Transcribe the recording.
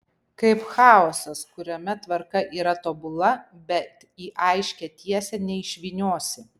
kaip chaosas kuriame tvarka yra tobula bet į aiškią tiesę neišvyniosi